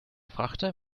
frachter